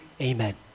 Amen